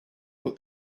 put